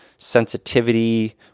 Sensitivity